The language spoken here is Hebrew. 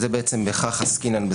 ובכך עסקינן,